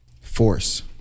force